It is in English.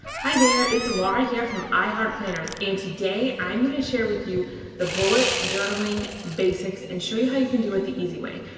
hi there, it's laura here from i heart planners. and today, i am gonna share with you the bullet journaling basics and show you how you can do it the easy way.